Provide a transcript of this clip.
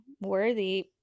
worthy